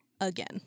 Again